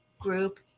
group